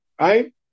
right